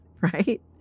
right